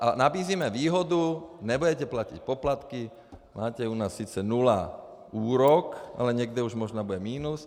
A nabízíme výhodu: nebudete platit poplatky, máte u nás sice nula úrok, ale někde už možná bude minus.